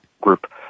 group